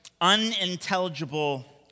unintelligible